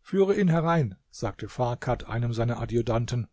führe ihn herein sagte farkad einem seiner adjutanten